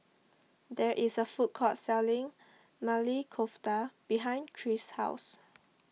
there is a food court selling Maili Kofta behind Krish's house